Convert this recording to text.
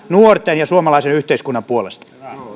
nuorten ja suomalaisen yhteiskunnan puolesta